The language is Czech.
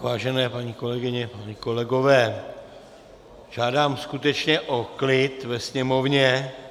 Vážené paní kolegyně, páni kolegové, žádám skutečně o klid ve sněmovně.